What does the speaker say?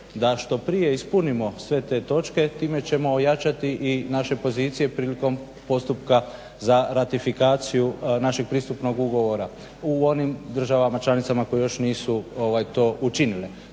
da što prije ispunimo sve te točke. Time ćemo ojačati i naše pozicije prilikom postupka za ratifikaciju našeg pristupnog ugovora u onim državama članicama koje još nisu to učinile.